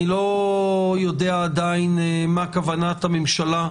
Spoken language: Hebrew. אני לא יודע עדיין מה כוונת הממשלה,